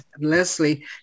Leslie